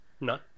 No